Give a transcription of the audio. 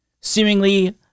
seemingly